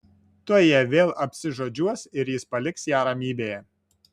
tuoj jie vėl apsižodžiuos ir jis paliks ją ramybėje